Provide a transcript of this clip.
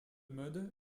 mode